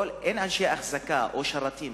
אין אנשי אחזקה או שרתים